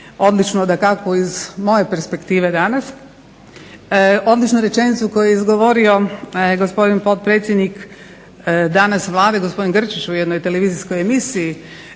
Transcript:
odličnu dakako iz moje perspektive danas, odličnu rečenicu koju je izgovorio gospodin potpredsjednik danas Vlade gospodin Grčić u jednoj TV emisiji